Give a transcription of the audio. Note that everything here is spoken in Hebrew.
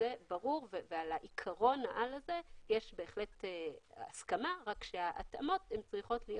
זה ברור ועל עקרון העל הזה יש בהחלט הסכמה אלא שההתאמות צריכות להיות